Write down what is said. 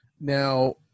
Now